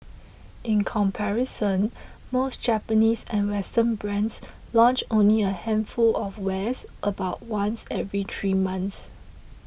in comparison most Japanese and Western brands launch only a handful of wares about once every three months